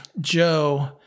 Joe